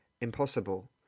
impossible